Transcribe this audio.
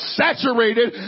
saturated